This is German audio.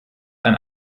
ein